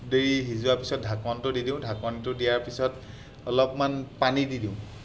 দেৰি সিজোৱাৰ পিছত ঢাকনটো দি দিওঁ ঢাকনিটো দিয়াৰ পিছত অলপমান পানী দি দিওঁ